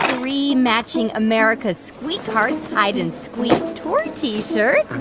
three matching america's squeakhearts hide and squeak tour t-shirts,